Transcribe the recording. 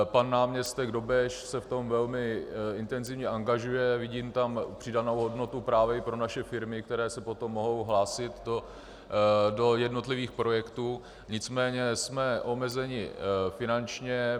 Pan náměstek Dobeš se v tom velmi intenzivně angažuje, vidím tam přidanou hodnotu právě i pro naše firmy, které se potom mohou hlásit do jednotlivých projektů, nicméně jsme omezeni finančně.